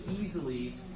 easily